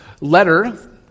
letter